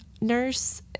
nurse